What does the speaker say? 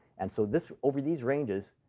and so this over these ranges,